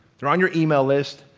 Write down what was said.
they're on your email list,